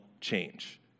change